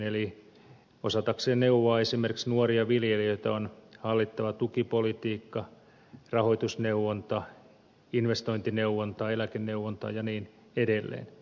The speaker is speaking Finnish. eli osatakseen neuvoa esimerkiksi nuoria viljelijöitä on hallittava tukipolitiikka rahoitusneuvonta investointineuvonta eläkeneuvonta ja niin edelleen